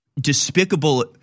despicable